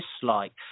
dislike